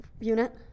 unit